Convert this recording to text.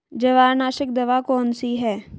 जवारनाशक दवा कौन सी है?